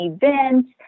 events